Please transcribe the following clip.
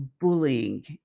bullying